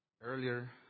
Earlier